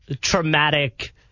traumatic